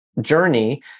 journey